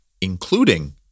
including